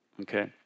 okay